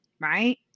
right